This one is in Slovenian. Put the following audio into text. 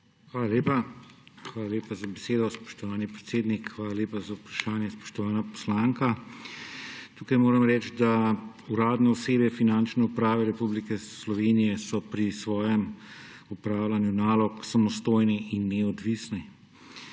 Hvala lepa za besedo, spoštovani predsednik, hvala lepa za vprašanje, spoštovana poslanka. Moram reči, da so uradne osebe Finančne uprave Republike Slovenije pri opravljanju nalog samostojne in neodvisne